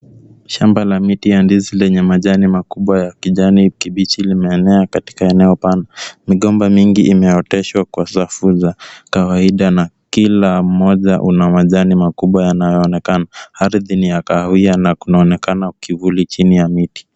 Shamba la miti ya ndizi lenye majani makubwa ya kijani kibichi limeenea katika eneo pana. Migomba mingi imeoteshwa kwa safu za kawaida na kila mmoja una majani makubwa yanayoonekana ardhi ni ya kahawia na kunaonekana kivuli chini ya miti.